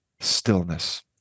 stillness